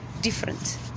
different